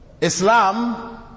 Islam